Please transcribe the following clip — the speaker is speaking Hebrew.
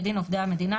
כדין עובדי המדינה,